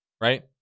right